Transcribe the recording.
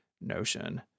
Notion